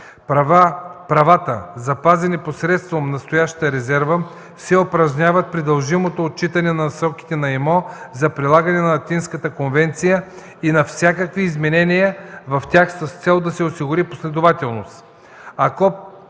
Правата, запазени посредством настоящата резерва, се упражняват при дължимото отчитане на Насоките на ИМО за прилагане на Атинската конвенция и на всякакви изменения в тях с цел да се осигури последователност.